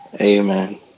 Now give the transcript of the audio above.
Amen